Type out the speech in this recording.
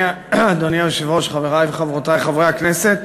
אדוני היושב-ראש, חברי וחברותי חברי הכנסת,